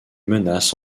menace